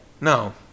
No